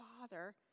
Father